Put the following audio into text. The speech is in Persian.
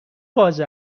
باز